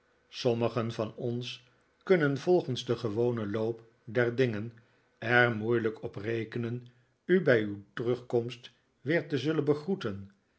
sommigen van ons kunnen volgens den gewonen loop der dingen er moeilijk op rekenen u bij uw terugkomst weer te zullen begroeten